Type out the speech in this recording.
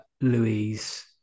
Louise